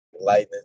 Lightning